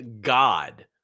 God